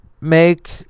make